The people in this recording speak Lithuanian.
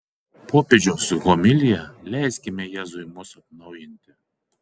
popiežiaus homilija leiskime jėzui mus atnaujinti